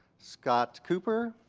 scott cooper.